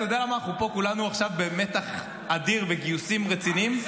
אתה יודע למה אנחנו פה כולנו עכשיו במתח אדיר וגיוסים רציניים?